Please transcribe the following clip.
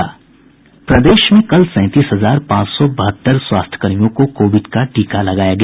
प्रदेश में कल सैंतीस हजार पांच सौ बहत्तर स्वास्थ्यकर्मियों को कोविड का टीका लगाया गया